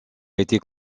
été